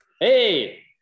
Hey